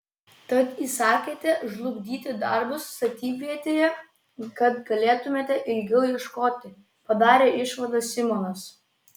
tad įsakėte žlugdyti darbus statybvietėje kad galėtumėte ilgiau ieškoti padarė išvadą simonas